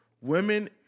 women